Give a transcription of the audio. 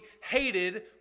hated